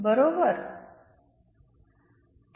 बरोबर